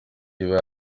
iba